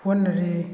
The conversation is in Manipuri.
ꯍꯣꯠꯅꯔꯤ